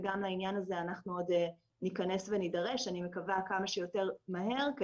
וגם לעניין הזה עוד ניכנס ונידרש כמה שיותר מהר אני מקווה,